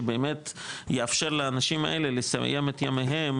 שבאמת יאפשר לאנשים האלה לסיים את ימיהם